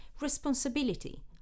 responsibility